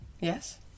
Yes